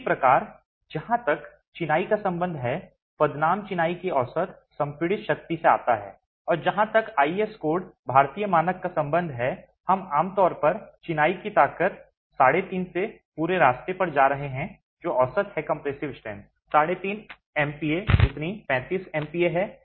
इसी प्रकार जहाँ तक चिनाई का संबंध है पदनाम चिनाई की औसत संपीड़ित शक्ति से आता है और जहाँ तक आईएस कोड भारतीय मानक का संबंध है हम आम तौर पर चिनाई की ताकत 35 से पूरे रास्ते पर जा रहे हैं जो औसत है कंप्रेसिव स्ट्रेंथ 35 MPa जितनी 35 MPa है